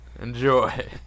enjoy